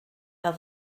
fel